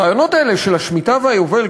הרעיונות האלה של השמיטה והיובל,